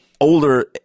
older